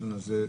לדיון הזה,